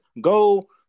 go